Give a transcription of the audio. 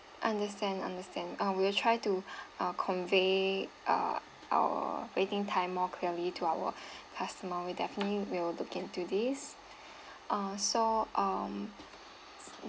understand understand uh we will try to uh convey uh our waiting time more clearly to our customer we definitely will look into this uh so um